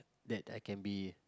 that I can be